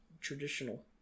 traditional